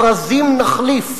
ארזים נחליף".